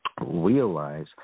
Realize